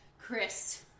Chris